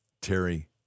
Terry